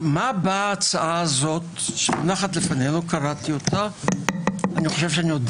אני חושב שאני יודע